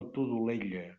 todolella